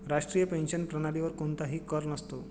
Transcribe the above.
राष्ट्रीय पेन्शन प्रणालीवर कोणताही कर नसतो